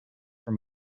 for